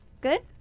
Good